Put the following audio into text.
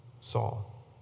Saul